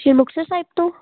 ਸ਼੍ਰੀ ਮੁਕਤਸਰ ਸਾਹਿਬ ਤੋਂ